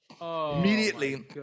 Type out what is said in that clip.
Immediately